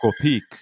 Peak